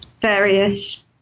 various